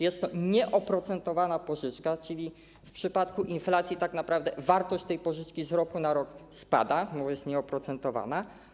Jest to nieoprocentowana pożyczka, czyli w przypadku inflacji tak naprawdę wartość tej pożyczki z roku na rok spada, bo jest ona nieoprocentowana.